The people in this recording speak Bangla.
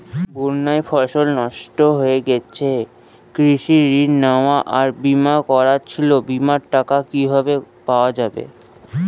বন্যায় ফসল নষ্ট হয়ে গেছে কৃষি ঋণ নেওয়া আর বিমা করা ছিল বিমার টাকা কিভাবে পাওয়া যাবে?